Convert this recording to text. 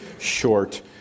short